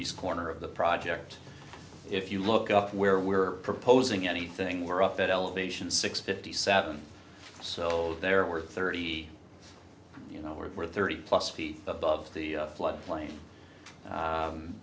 east corner of the project if you look up where we're proposing anything we're up at elevation six fifty seven so there were thirty you know we're thirty plus feet above the flood plain